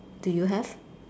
do you have